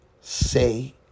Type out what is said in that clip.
say